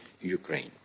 Ukraine